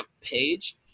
page